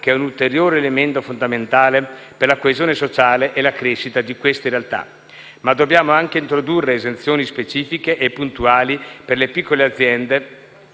che è un ulteriore elemento fondamentale per la coesione sociale e la crescita di queste realtà. Ma dobbiamo anche introdurre esenzioni specifiche e puntuali per le piccole aziende